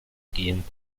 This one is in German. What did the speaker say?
gehen